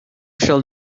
shall